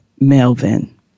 Melvin